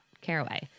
Caraway